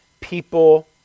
people